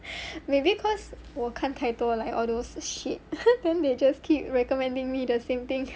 maybe cause 我看太多 like all those shit !huh! then they just keep recommending me the same thing